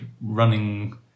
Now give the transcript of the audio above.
running